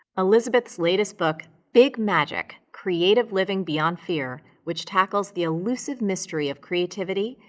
elizabeth's latest book, big magic creative living beyond fear, which tackles the elusive mystery of creativity,